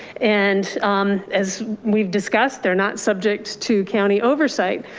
and as we've discussed, they're not subject to county oversight.